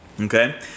Okay